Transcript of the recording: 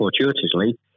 fortuitously